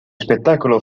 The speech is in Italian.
spettacolo